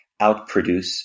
outproduce